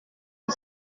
ici